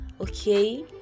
okay